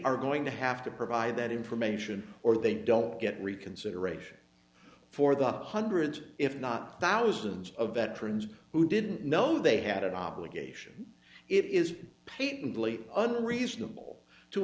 are going to have to provide that information or they don't get reconsideration for the hundreds if not thousands of veterans who didn't know they had an obligation it is painfully unreasonable to